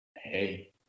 Hey